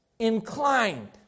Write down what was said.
Inclined